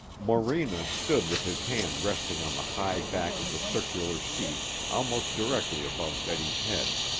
morena stood with his hand resting on the high back of the circular seat almost directly above betty's head.